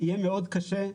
יהיה מאוד קשה.